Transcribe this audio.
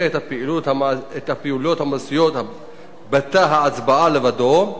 את הפעולות המעשיות בתא ההצבעה לבדו,